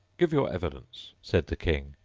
give your evidence said the king.